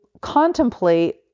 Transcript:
contemplate